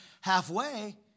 halfway